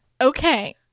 okay